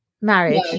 marriage